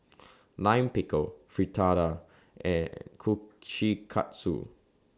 Lime Pickle Fritada and Kushikatsu